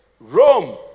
Rome